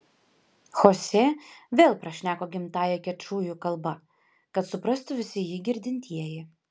chosė vėl prašneko gimtąja kečujų kalba kad suprastų visi jį girdintieji